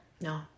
No